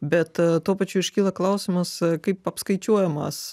bet tuo pačiu iškyla klausimas kaip apskaičiuojamas